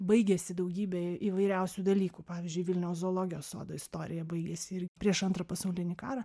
baigėsi daugybė įvairiausių dalykų pavyzdžiui vilniaus zoologijos sodo istorija baigėsi ir prieš antrą pasaulinį karą